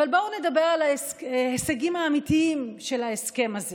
אבל בואו נדבר על ההישגים האמיתיים של ההסכם הזה